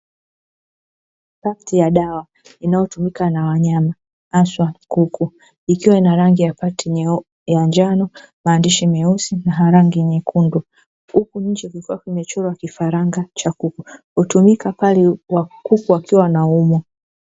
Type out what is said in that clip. Pakti ya dawa inayotumika na wanyama haswa kuku ikiwa ijiwa ina rangi ya oakti ya njano, na maabdishi meusi na ya rangi nyekundu huku nje kukiwa kumecgorwa kifaranga cha kuku, hutumika pale kuku wakiwa wanaunwa.